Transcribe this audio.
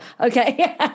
Okay